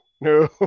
no